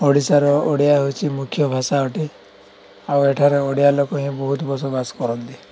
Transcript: ଓଡ଼ିଶାର ଓଡ଼ିଆ ହେଉଛି ମୁଖ୍ୟ ଭାଷା ଅଟେ ଆଉ ଏଠାରେ ଓଡ଼ିଆ ଲୋକ ହିଁ ବହୁତ ବସବାସ କରନ୍ତି